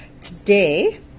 Today